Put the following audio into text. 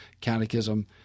catechism